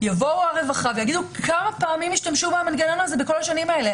תבוא הרווחה ויאמרו: כמה פעמים השתמשו במנגנון הזה בכל השנים האלה?